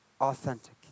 authentic